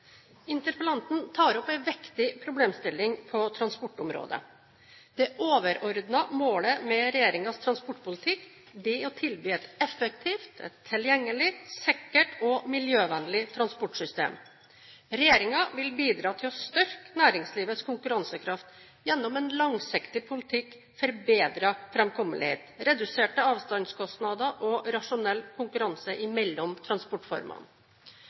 Interpellanten tar opp en viktig problemstilling på transportområdet. Det overordnede målet med regjeringens transportpolitikk er å tilby et effektivt, tilgjengelig, sikkert og miljøvennlig transportsystem. Regjeringen vil bidra til å styrke næringslivets konkurransekraft gjennom en langsiktig politikk for bedre framkommelighet, reduserte avstandskostnader og rasjonell konkurranse mellom transportformene.